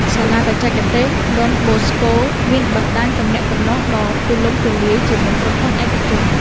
សាលាបច្ចេកទេសដុនបូស្កូមានបណ្ដាញទំនាក់ទំនងដ៏ទូលំទូលាយជាមួយក្រុមហ៊ុនឯកជន។